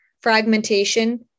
fragmentation